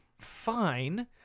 fine